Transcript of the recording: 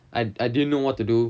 I I didn't know what to do